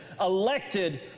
elected